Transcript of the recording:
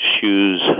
shoes